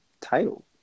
title